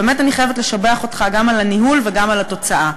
באמת אני חייבת לשבח אותך גם על הניהול וגם על התוצאה.